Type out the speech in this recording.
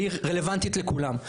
והיא רלוונטית לכולם.